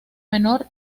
menor